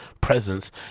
presence